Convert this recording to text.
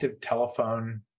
telephone